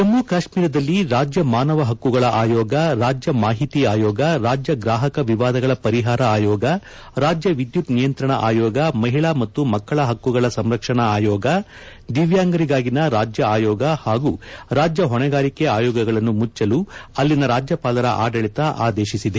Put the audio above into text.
ಜಮ್ಮು ಮತ್ತು ಕಾಶ್ಮೀರದಲ್ಲಿ ರಾಜ್ಯ ಮಾನವ ಹಕ್ಕುಗಳ ಆಯೋಗ ರಾಜ್ಯ ಮಾಹಿತಿ ಆಯೋಗ ರಾಜ್ಯ ಗ್ರಾಹಕ ವಿವಾದಗಳ ಪರಿಹಾರ ಆಯೋಗ ರಾಜ್ಯ ವಿದ್ಯುತ್ ನಿಯಂತ್ರಣ ಆಯೋಗ ಪರಿಹಾರ ಆಯೋಗ ಮಹಿಳಾ ಮತ್ತು ಮಕ್ಕಳ ಹಕ್ಕುಗಳ ಸಂರಕ್ಷಣಾ ಆಯೋಗ ದಿವ್ಯಾಂಗರಿಗಾಗಿನ ರಾಜ್ಯ ಆಯೋಗ ಹಾಗೂ ರಾಜ್ಯ ಹೊಣೆಗಾರಿಕೆ ಆಯೋಗಗಳನ್ನು ಮುಚ್ಚಲು ಅಲ್ಲಿನ ರಾಜ್ಯಪಾಲರ ಆದಳಿತ ಆದೇಶಿಸಿದೆ